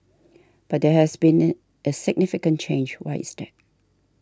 but there has been a significant change why is that